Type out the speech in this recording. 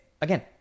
again